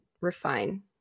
refine